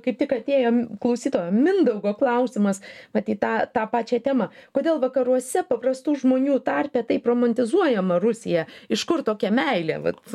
kaip tik atėjom klausytojo mindaugo klausimas vat į tą tą pačią temą kodėl vakaruose paprastų žmonių tarpe taip romantizuojama rusija iš kur tokia meilė vat